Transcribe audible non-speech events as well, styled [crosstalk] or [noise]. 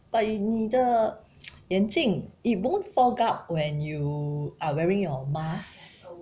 but you 你的 [noise] 眼镜 it won't fog up when you are wearing your mask